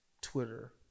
Twitter